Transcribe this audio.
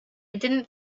didn’t